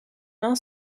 main